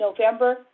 November